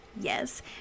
Yes